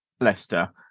Leicester